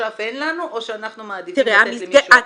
עכשיו אין לנו או שאנחנו מעדיפים לתת למישהו אחר.